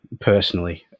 personally